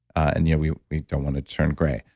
and yeah we we don't want to turn gray.